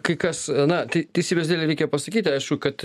kai kas na tei teisybės dėlei reikia pasakyti aišku kad